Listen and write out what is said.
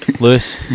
Lewis